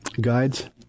guides